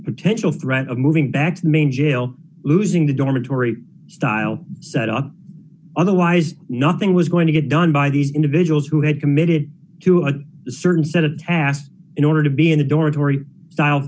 potential threat of moving back to the main jail losing the dormitory style set up otherwise nothing was going to get done by these individuals who had committed to a certain set of tasks in order to be in the dormitory style